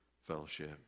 fellowship